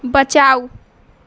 बचाउ